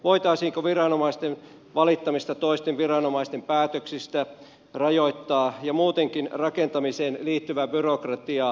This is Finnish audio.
voitaisiinko viranomaisten valittamista toisten viranomaisten päätöksistä rajoittaa ja muutenkin rakentamiseen liittyvää byrokratiaa vähentää